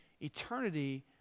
eternity